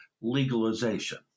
legalization